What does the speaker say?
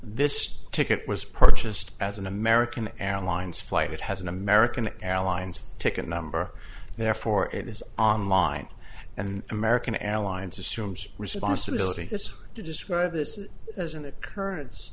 this ticket was purchased as an american airlines flight it has an american airlines ticket number therefore it is online and american airlines assumes responsibility is to describe this as in